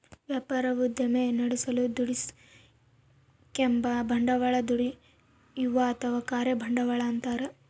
ವ್ಯಾಪಾರ ಉದ್ದಿಮೆ ನಡೆಸಲು ದುಡಿಸಿಕೆಂಬ ಬಂಡವಾಳ ದುಡಿಯುವ ಅಥವಾ ಕಾರ್ಯ ಬಂಡವಾಳ ಅಂತಾರ